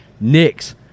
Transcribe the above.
Knicks